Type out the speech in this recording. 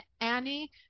Annie